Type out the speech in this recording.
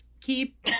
keep